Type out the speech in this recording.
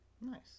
Nice